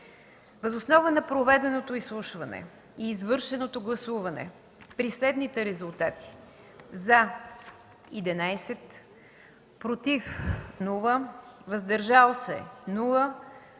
Въз основа на проведеното изслушване и извършеното гласуване при следните резултати: „за” – 11, без „против” и „въздържали се”,